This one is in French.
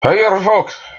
firefox